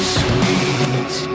sweet